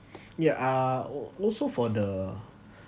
ya uh also for the